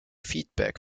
feedback